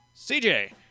CJ